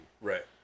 Right